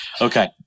Okay